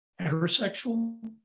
heterosexual